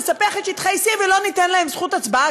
נספח את שטחי C ולא ניתן להם זכות הצבעה,